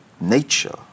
nature